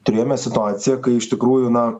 turėjome situaciją kai iš tikrųjų na